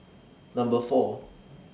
Number four